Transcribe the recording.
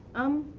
um,